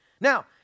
now